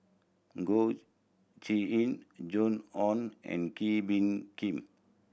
Goh Joan Hon and Kee Bee Khim